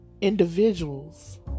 individuals